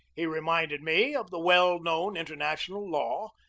he reminded me of the well-known international law,